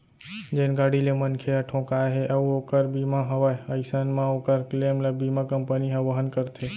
जेन गाड़ी ले मनखे ह ठोंकाय हे अउ ओकर बीमा हवय अइसन म ओकर क्लेम ल बीमा कंपनी ह वहन करथे